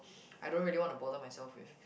I don't really want to bother myself with